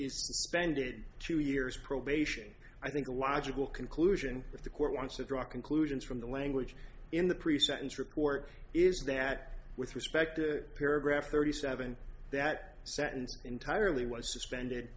is banded two years probation i think the logical conclusion if the court wants to draw conclusions from the language in the pre sentence report is that with respect to paragraph thirty seven that sentence entirely was suspended